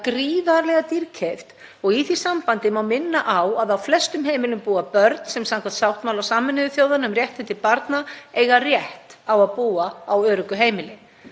gríðarlega dýrkeypt og í því sambandi má minna á að á flestum heimilum búa börn sem, samkvæmt sáttmála Sameinuðu þjóðanna um réttindi barna, eiga rétt á að búa á öruggu heimili.